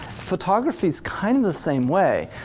photography's kind of the same way.